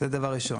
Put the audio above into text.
זה דבר ראשון.